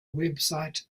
website